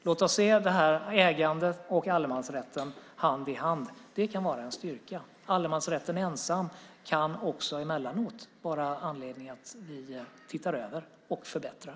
Låt oss se ägandet och allemansrätten hand i hand. Det kan vara en styrka. Allemansrätten ensam kan också emellanåt vara anledning till att vi tittar över och förbättrar.